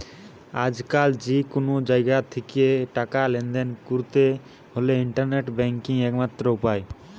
আজকাল যে কুনো জাগা থিকে টাকা লেনদেন কোরতে হলে ইন্টারনেট ব্যাংকিং একমাত্র উপায়